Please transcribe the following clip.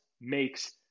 makes